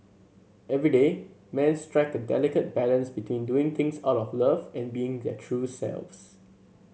everyday men strike a delicate balance between doing things out of love and being their true selves